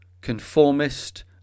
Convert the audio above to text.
conformist